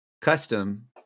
Custom